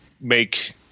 make